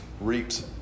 reaps